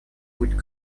путь